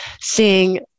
seeing